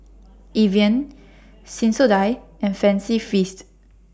Evian Sensodyne and Fancy Feast